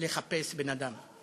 לחפש בן-אדם".